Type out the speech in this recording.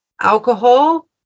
alcohol